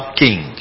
king